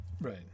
Right